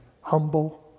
humble